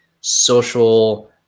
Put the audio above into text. social